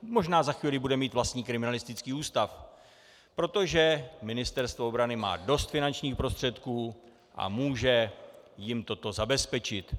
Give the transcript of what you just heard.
Možná za chvíli bude mít vlastní kriminalistický ústav, protože Ministerstvo obrany má dost finančních prostředků a může jim toto zabezpečit.